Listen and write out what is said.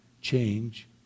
change